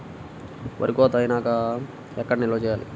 వరి కోత అయినాక ఎక్కడ నిల్వ చేయాలి?